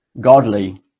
godly